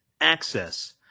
access